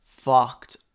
fucked